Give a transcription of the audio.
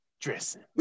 dressing